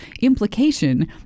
implication